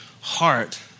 heart